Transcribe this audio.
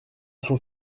sont